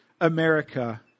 America